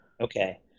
Okay